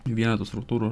vienetų struktūrų